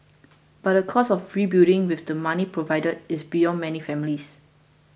but the cost of rebuilding with the money provided is beyond many families